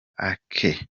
ake